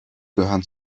gehören